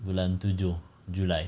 bulan tujuh july